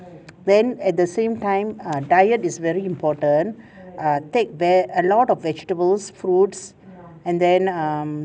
then at the same time err diet is very important err take ver~ a lot of vegetables fruits and then um